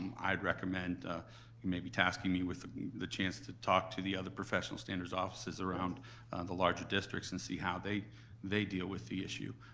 um i'd recommend maybe tasking me with the chance to talk to the other professional standards offices around the larger districts and see how they they deal with the issue,